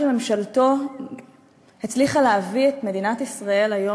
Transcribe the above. שממשלתו הצליחה להביא את מדינת ישראל היום